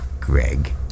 Greg